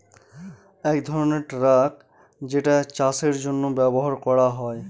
এক ধরনের ট্রাক যেটা চাষের জন্য ব্যবহার করা হয়